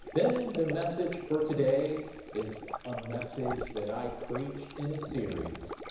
then the message for today is a message that i preached in a series,